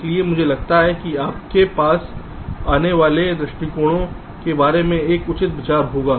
इसलिए मुझे लगता है कि आपके पास आने वाले दृष्टिकोणों के बारे में एक उचित विचार होगा